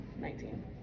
nineteen